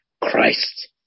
Christ